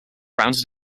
rounded